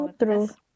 true